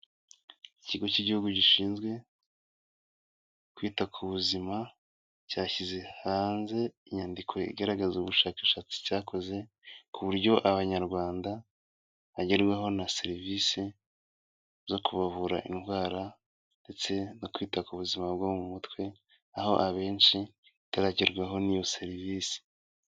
Ikigo cy'Igihugu Gishinzwe Kwita ku Buzima cyashyize hanze inyandiko igaragaza ubushakashatsi cyakoze, ku buryo Abanyarwanda bagerwaho na serivise zo kubavura indwara ndetse no kwita ku buzima bwo mu mutwe, aho abenshi bataragerwaho n'iyo serivise.